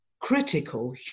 critical